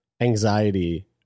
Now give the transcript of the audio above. anxiety